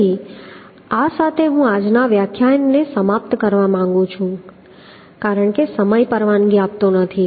તેથી આ સાથે હું આજના વ્યાખ્યાનને સમાપ્ત કરવા માંગુ છું કારણ કે સમય પરવાનગી આપતો નથી